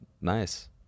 nice